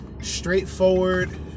straightforward